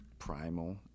primal